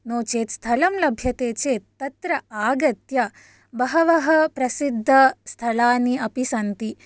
नो चेत् स्थलं लभ्यते चेत् तत्र आगत्य बहवः प्रसिद्धस्थलानि अपि सन्ति